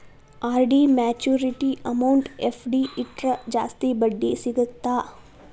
RD maturity amount FD ಇಟ್ರ ಜಾಸ್ತಿ ಬಡ್ಡಿ ಸಿಗತ್ತಾ